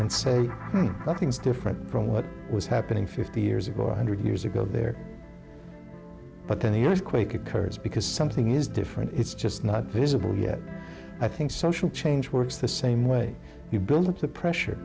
and say nothing's different from what was happening fifty years ago one hundred years ago there but then the earthquake occurs because something is different it's just not visible yet i think social change works the same way you build up the pressure